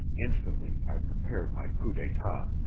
instantly i prepared my coup d'etat.